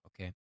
okay